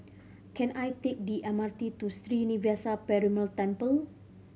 can I take the M R T to Sri Srinivasa Perumal Temple